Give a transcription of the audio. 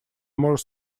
more